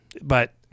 But-